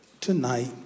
tonight